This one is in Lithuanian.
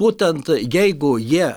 būtent jeigu jie